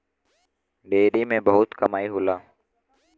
dairy में बहुत कमाई होला